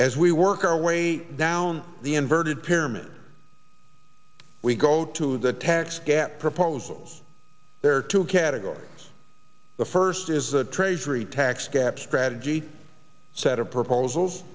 as we work our way down the inverted pyramid we go to the tax gap proposals there are two categories the first is the treasury tax gap strategy set of p